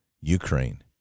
Ukraine